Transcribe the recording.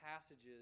passages